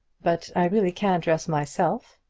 but i really can dress myself.